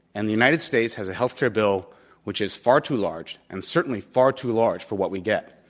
and the united states has a health care bill which is far too large and certainly far too large for what we get.